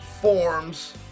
forms